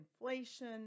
inflation